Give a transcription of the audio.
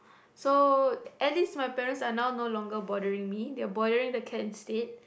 so at least my parents are now no longer bothering me they're bothering the cat instead